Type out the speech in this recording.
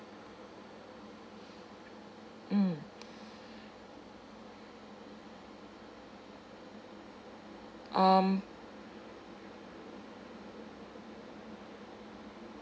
mm um